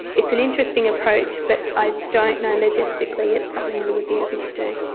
it's an interesting approach but i don't know logistically it's something we would be able to do.